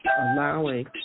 allowing